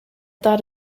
thought